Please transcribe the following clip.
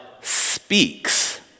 speaks